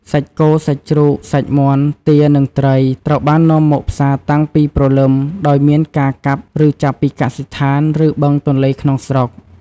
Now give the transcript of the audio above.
សាច់គោ សាច់ជ្រូក សាច់មាន់ ទា និងត្រី ត្រូវបាននាំមកផ្សារតាំងពីព្រលឹម ដោយមានការកាប់ ឬចាប់ពីកសិដ្ឋាន ឬបឹងទន្លេក្នុងស្រុក។